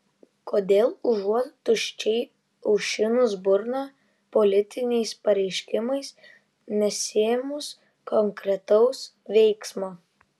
kodėl užuot tuščiai aušinus burną politiniais pareiškimais nesiėmus konkretaus veiksmo